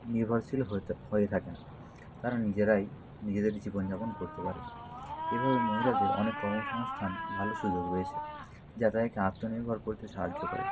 নির্ভরশীল হয়ে থা হয়ে থাকে না তারা নিজেরাই নিজেদের জীবনযাপন করতে পারে এভাবে মহিলাদের অনেক কর্মসংস্থান ভালো সুযোগ রয়েছে যা তাদেরকে আত্মনির্ভর করতে সাহায্য করে